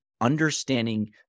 understanding